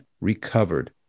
recovered